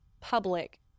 public